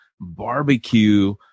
barbecue